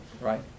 Right